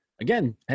again